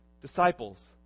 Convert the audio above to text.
disciples